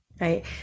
Right